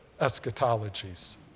eschatologies